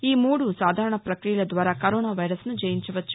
ఈ మూడు సాధారణ పక్రియల ద్వారా కరోనా వైరస్ను జయించవచ్చు